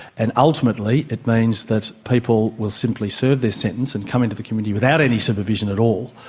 and ultimately it means that people will simply serve their sentence and come into the community without any supervision at all,